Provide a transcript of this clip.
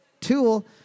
tool